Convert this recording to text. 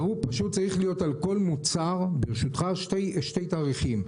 צריכים להיות על כל מוצר שני תאריכים,